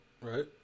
Right